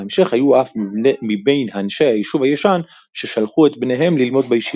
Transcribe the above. ובהמשך היו אף מבין אנשי היישוב הישן ששלחו את בניהם ללמוד בישיבה.